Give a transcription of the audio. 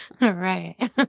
Right